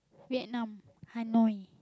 Vietnam Hanoi